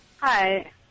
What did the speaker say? Hi